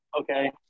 Okay